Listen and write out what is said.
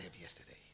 yesterday